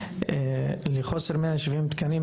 לחוסר 170 התקנים,